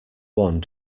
one